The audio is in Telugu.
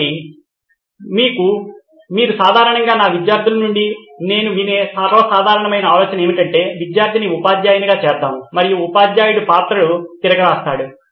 కాబట్టి సాధారణంగా నా విద్యార్థుల నుండి నేను వినే సర్వసాధారణమైన ఆలోచన ఏమిటంటే విద్యార్థిని ఉపాధ్యాయునిగా చేద్దాం మరియు ఉపాధ్యాయుడు పాత్రను తిరగరాస్తాడు